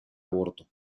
aborto